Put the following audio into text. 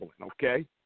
okay